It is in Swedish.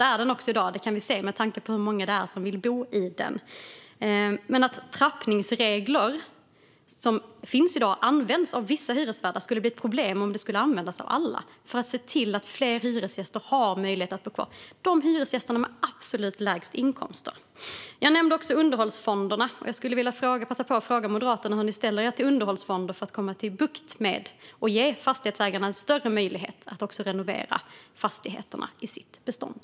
Det är den också i dag; det kan vi se med tanke på hur många det är som vill bo i hyresrätt. Vi ser inte heller att de trappningsregler som finns i dag och som används av vissa hyresvärdar skulle bli ett problem om de skulle användas av alla för att se till att de hyresgäster som har de absolut lägsta inkomsterna får möjlighet att bo kvar. Jag nämnde också underhållsfonderna. Jag skulle vilja passa på att fråga Moderaterna hur ni ställer er till underhållsfonder för att få bukt med det här och ge fastighetsägarna en större möjlighet att renovera fastigheterna i sitt bestånd.